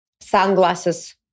sunglasses